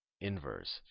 inverse